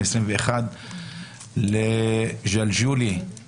התשפ"א-2021 - ג'לג'וליה אנחנו עוברים להצעת צו המועצות